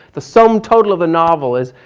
the sum total of a novel is,